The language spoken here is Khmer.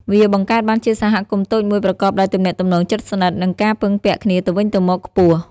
វាបង្កើតបានជាសហគមន៍តូចមួយប្រកបដោយទំនាក់ទំនងជិតស្និទ្ធ និងការពឹងពាក់គ្នាទៅវិញទៅមកខ្ពស់។